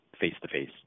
face-to-face